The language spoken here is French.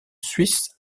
suisse